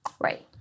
Right